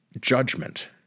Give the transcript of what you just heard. Judgment